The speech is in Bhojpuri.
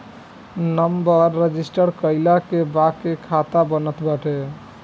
नंबर रजिस्टर कईला के बाके खाता बनत बाटे